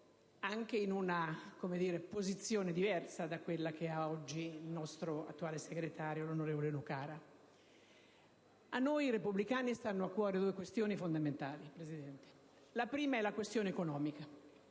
anche in una posizione diversa da quella che ha oggi il nostro attuale segretario, l'onorevole Nucara. A noi repubblicani stanno a cuore due questioni fondamentali, Presidente. La prima è la questione economica,